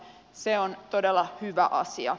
se on todella hyvä asia